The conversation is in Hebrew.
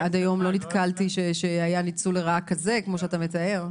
עד היום לא נתקלתי שהיה ניצול לרעה כזה כמו שאתה מתאר.